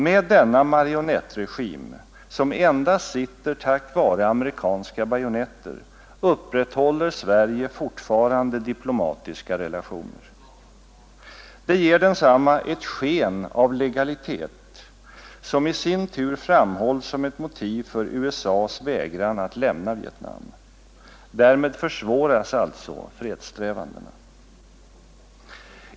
Med denna marionettregim, som endast sitter kvar tack vare amerikanska bajonetter, upprätthåller Sverige fortfarande diplomatiska relationer. Det ger densamma ett sken av legalitet, som i sin tur framhålls som ett motiv för USA:s vägran att lämna Vietnam. Därmed försvåras alltså fredssträvandena.